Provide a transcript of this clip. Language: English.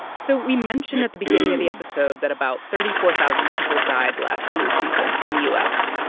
so we mentioned at the beginning of the episode that about thirty four thousand people died last flu season in the u s,